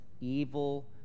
evil